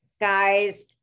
Guys